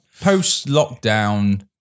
Post-lockdown